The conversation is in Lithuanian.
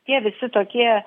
tie visi tokie